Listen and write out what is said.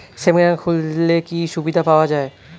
Savings account খুললে কি সুবিধা পাওয়া যায়?